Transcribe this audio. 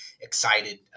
excited